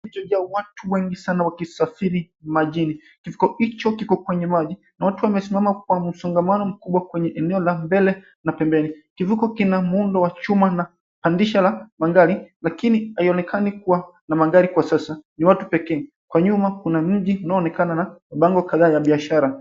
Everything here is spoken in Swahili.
Kilicho jaa watu wengi sana wakisafiri majini. Kivuko hicho kiko kwenye maji na watu wamesimama kwa msongamano mkubwa kwenye eneo la mbele na pembeni. Kivuko kina muundo wa chuma na pandisha la magari lakini haionekani kuwa na magari kwa sasa, ni watu pekee. Kwa nyuma kuna mji unaoonekana na mabango kadhaa ya biashara.